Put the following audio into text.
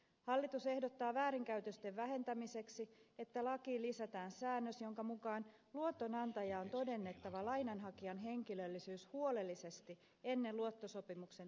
hallitus ehdottaa väärinkäytösten vähentämiseksi että lakiin lisätään säännös jonka mukaan luotonantajan on todennettava lainanhakijan henkilöllisyys huolellisesti ennen luottosopimuksen tekemistä